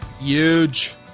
Huge